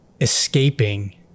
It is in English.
escaping